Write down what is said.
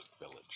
Village